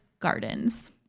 Gardens